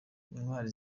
intwari